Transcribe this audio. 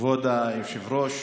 כבוד היושב-ראש,